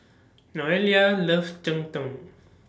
Noelia loves Cheng Tng